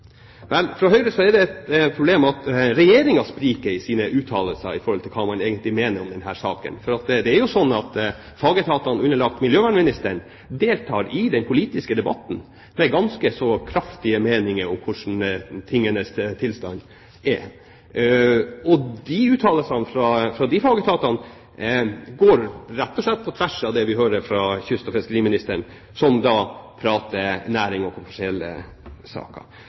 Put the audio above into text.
Fra Høyre er det et problem at Regjeringen spriker i sine uttalelser om hva man mener i denne saken. Det er jo sånn at fagetatene, underlagt miljøvernministeren, deltar i den politiske debatten med ganske så kraftige meninger om hvordan tingenes tilstand er, og uttalelsene fra fagetatene går rett og slett på tvers av det vi hører fra fiskeri- og kystministeren, som prater næring og om kommersielle saker.